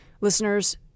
Listeners